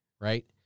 Right